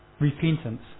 Repentance